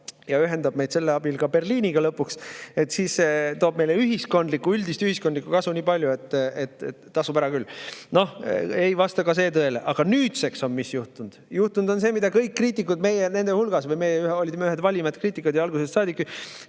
ja ühendab meid selle abil ka Berliiniga lõpuks, siis see toob meile üldist ühiskondlikku kasu nii palju, et tasub ära küll. Noh, ei vasta ka see tõele. Aga nüüdseks on mis juhtunud? Juhtunud on see, mida kõik kriitikud, meie nende hulgas – me olime ühed [esimesed] kriitika tegijad algusest saadik –,